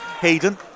Hayden